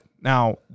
Now